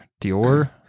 Dior